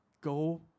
go